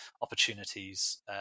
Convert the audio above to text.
opportunities